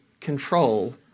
control